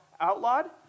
outlawed